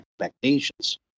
expectations